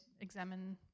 examine